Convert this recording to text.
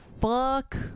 fuck